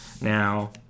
Now